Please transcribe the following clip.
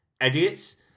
Idiots